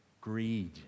greed